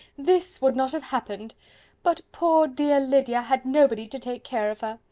this would not have happened but poor dear lydia had nobody to take care of her.